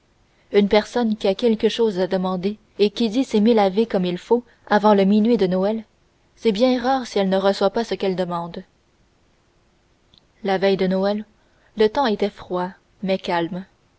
une personne qui a quelque chose à demander et qui dit ses mille ave comme il faut avant le minuit de noël c'est bien rare si elle ne reçoit pas ce qu'elle demande la veille de noël le temps était froid mais calme